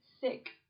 sick